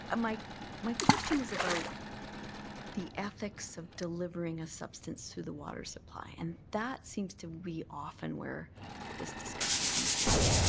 ah my my question is about the ethics of delivering a substance through the water supply. and that seems to be often where this discussion comes down.